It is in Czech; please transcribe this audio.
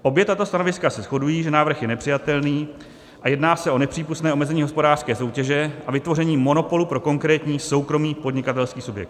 Obě tato stanoviska se shodují, že návrh je nepřijatelný a jedná se o nepřípustné omezení hospodářské soutěže a vytvoření monopolu pro konkrétní soukromý podnikatelský subjekt.